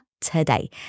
today